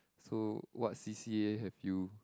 so what C_C_A have you